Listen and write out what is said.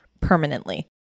permanently